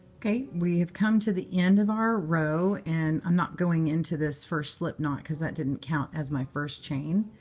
ok. we have come to the end of our row, and i'm not going into this first slip knot because that didn't count as my first chain.